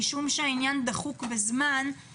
בגלל שהדבר דחוק בזמן,